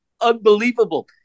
unbelievable